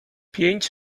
pięć